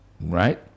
right